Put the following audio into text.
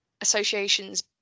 associations